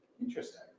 Interesting